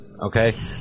Okay